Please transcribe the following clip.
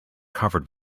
covered